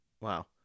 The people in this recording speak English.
Wow